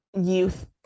youth